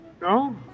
No